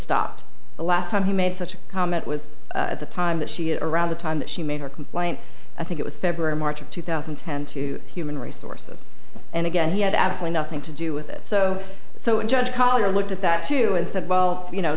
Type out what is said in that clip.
stopped the last time he made such a comment was at the time that she at around the time that she made her complaint i think it was february march of two thousand and ten to human resources and again he had absolutely nothing to do with it so so judge collier looked at that too and said well you know